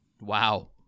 Wow